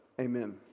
Amen